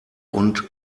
und